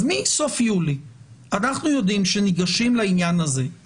אז מסוף יולי אנחנו יודעים שניגשים לעניין הזה,